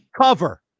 cover